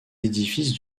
édifices